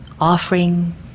offering